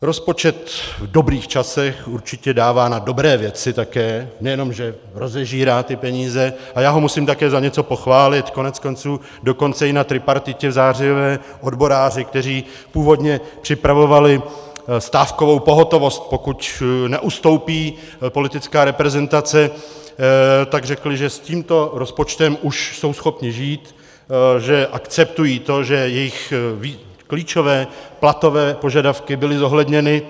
Rozpočet v dobrých časech určitě dává na dobré věci také, nejenom že rozežírá ty peníze, a já ho musím také za něco pochválit, koneckonců dokonce i na tripartitě zářijové odboráři, kteří původně připravovali stávkovou pohotovost, pokud neustoupí politická reprezentace, tak řekli, že s tímto rozpočtem už jsou schopni žít, že akceptují to, že jejich klíčové platové požadavky byly zohledněny.